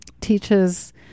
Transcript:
teaches